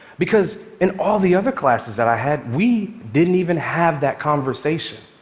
because in all the other classes that i had, we didn't even have that conversation.